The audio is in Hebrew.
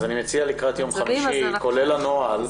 אז אני מציע לקראת יום חמישי, כולל הנוהל.